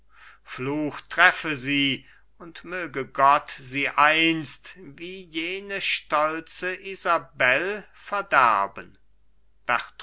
fluch treffe sie und möge gott sie einst wie jene stolze jesabel verderben